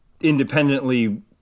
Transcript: independently